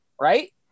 right